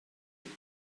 its